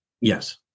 Yes